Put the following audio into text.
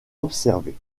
observés